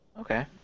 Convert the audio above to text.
Okay